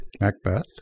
Macbeth